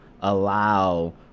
allow